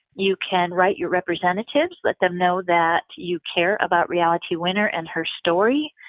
you can write your representatives, let them know that you care about reality winner and her story,